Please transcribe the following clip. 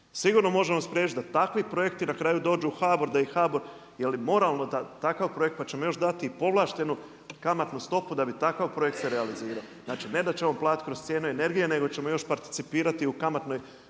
sigurno možemo spriječiti da takvi projekti na kraju dođu u HBOR, da ih HBOR, je li moralno da takav projekt, pa ćemo još dati i povlaštenu kamatnu stopu da bi takav projekt se realizirao. Znači ne da ćemo platiti kroz cijenu energije nego ćemo još participirati u kamatnoj